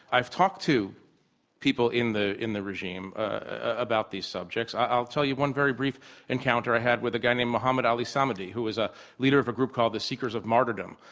i've talked to people in the in the regime about these subjects. i'll tell you one very brief encounter i had with a guy named mohammed ali samadi who was a leader of a group called the seekers of martyrdom,